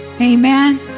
Amen